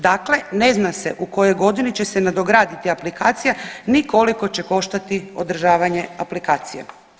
Dakle, ne zna se u kojoj godini će se nadograditi aplikacija ni koliko će koštati održavanje aplikacije.